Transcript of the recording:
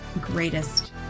greatest